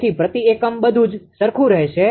તેથી પ્રતિ એકમ બધું જ સરખું રહેશે